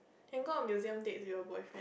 can go on museum dates with your boyfriend